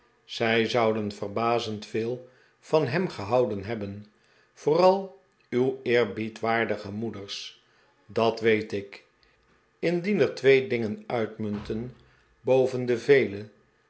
zij zouden verbazend veel van hem gehouden hebben vooral uw eerbiedwaardige moeders dat weet ik indien er twee dingen uitmuntten boven de vele